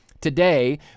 Today